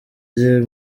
ajye